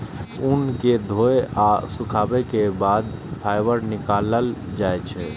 ऊन कें धोय आ सुखाबै के बाद फाइबर निकालल जाइ छै